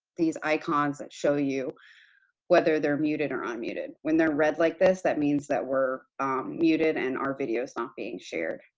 these icons that show you whether they're muted or um unmuted. when they're red like this, that means that we're muted and our video is not being shared.